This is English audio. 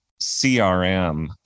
CRM